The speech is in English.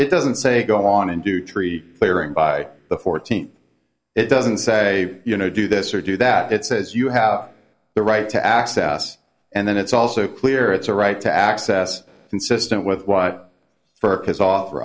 it doesn't say go on and do tree clearing by the fourteenth it doesn't say you know do this or do that it says you have the right to access and then it's also clear it's a right to access consistent with what